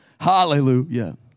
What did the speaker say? Hallelujah